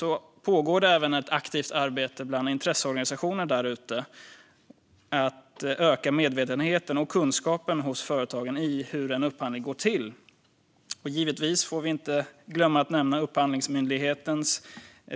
Det pågår även ett aktivt arbete bland intresseorganisationer för att öka medvetenheten och kunskapen hos företagen om hur en upphandling går till. Givetvis får jag inte glömma att nämna Upphandlingsmyndighetens